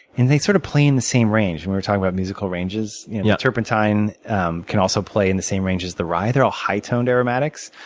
and they sort of play in the same range. when we were talking about musical ranges yeah turpentine um can also play in the same range as the rye. they're all high toned aromatics.